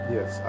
Yes